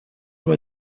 were